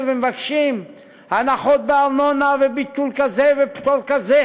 ומבקשים הנחות בארנונה וביטול כזה ופטור כזה,